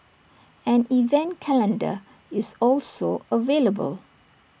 an event calendar is also available